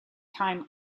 time